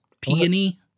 Peony